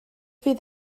fydd